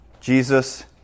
Jesus